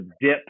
dip